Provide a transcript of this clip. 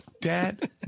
Dad